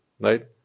right